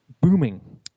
booming